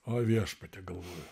o viešpatie galvoju